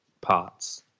parts